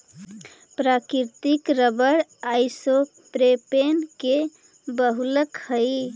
प्राकृतिक rubber isopropene के बहुलक हई